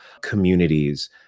communities